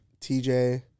TJ